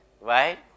right